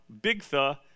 Bigtha